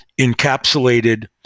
encapsulated